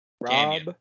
Rob